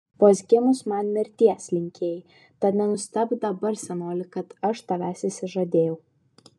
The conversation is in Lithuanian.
vos gimus man mirties linkėjai tad nenustebk dabar senoli kad aš tavęs išsižadėjau